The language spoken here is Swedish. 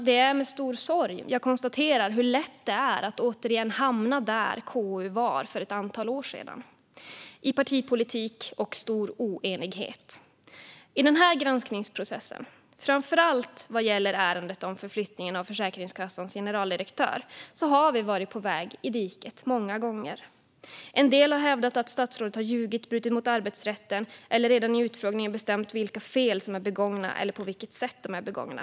Det är med stor sorg jag konstaterar hur lätt det är att återigen hamna där KU var för ett antal år sedan: i partipolitik och stor oenighet. I denna granskningsprocess, framför allt vad gäller ärendet om förflyttningen av Försäkringskassans generaldirektör, har vi varit på väg i diket många gånger. En del har hävdat att statsrådet har ljugit och brutit mot arbetsrätten eller redan i utfrågningen bestämt vilka fel som är begångna och på vilket sätt de är begångna.